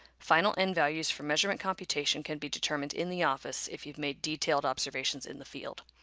final n-values for measurement computation can be determined in the office if you've made detailed observations in the field.